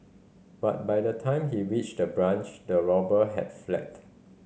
but by the time he reached the branch the robber had fled